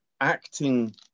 acting